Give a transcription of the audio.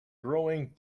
growing